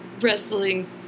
wrestling